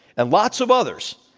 and lots of others,